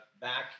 back